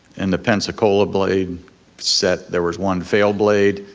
in the pensacola blade set there was one failed blade,